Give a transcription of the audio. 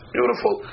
Beautiful